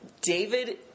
David